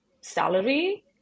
salary